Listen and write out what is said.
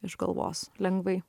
iš galvos lengvai